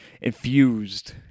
infused